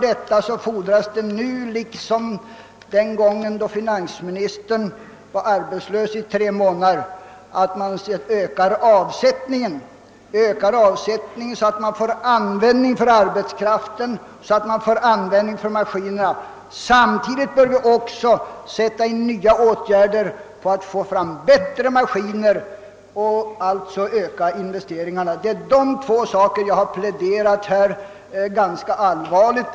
Men då fordras — liksom den gången då finansministern var arbetslös i tre månader — ökad avsättning, så att den lediga arbetskraften kan sysselsättas och de stillastående maskinerna rulla. Samtidigt bör vi också sätta in nya åtgärder för att få fram bättre maskiner — alltså öka investeringarna. För dessa åtgärder har jag här pläderat.